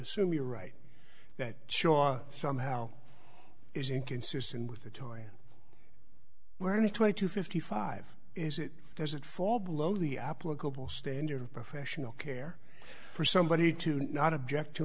assume you're right that shaw somehow is inconsistent with the toy where the twenty to fifty five is it doesn't fall below the applicable standard professional care for somebody to not object to